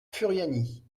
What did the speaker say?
furiani